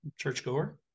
churchgoer